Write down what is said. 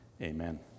amen